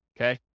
okay